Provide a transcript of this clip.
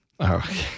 Okay